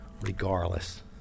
regardless